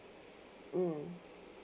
mm